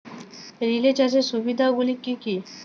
Relay চাষের সুবিধা গুলি কি কি?